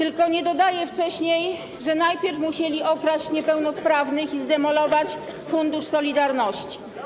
tylko nie dodaje wcześniej, że najpierw musieli okraść niepełnosprawnych i zdemolować Fundusz Solidarnościowy.